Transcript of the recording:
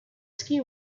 ski